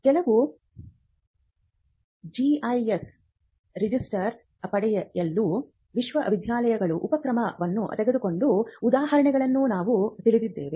ಕೆಲವು GIS register ಪಡೆಯಲು ವಿಶ್ವವಿದ್ಯಾಲಯಗಳು ಉಪಕ್ರಮವನ್ನು ತೆಗೆದುಕೊಂಡ ಉದಾಹರಣೆಗಳನ್ನು ನಾವು ತಿಳಿದಿದ್ದೇವೆ